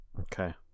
Okay